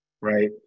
right